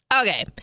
Okay